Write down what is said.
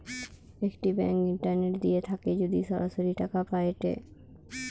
একটি bank internet দিয়ে থাকে যদি সরাসরি টাকা পায়েটে